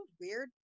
weird